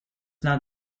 not